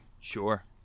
sure